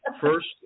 First